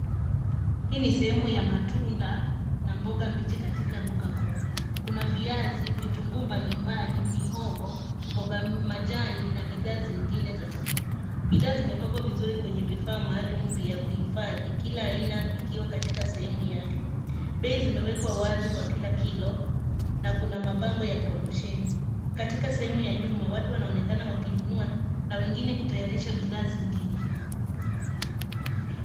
Hii ni sehemu ya matunda na mboga mbichi katika duka kuu. Kuna viazi, vitunguu mbalimbali, mihogo, mboga majani na bidhaa zingine za chakula. Bidhaa zimepangwa vizuri kwenye vifaa maalum vya kuhifadhi kila aina ikiwa katika sehemu yake. Bei zimewekwa wazi kwa kila kilo na kuna mabango ya promosheni. katika sehemu ya nyuma, watu wanaonekana wakinunua, na wengine kutayarisha bidhaa zingine.